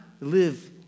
live